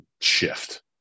shift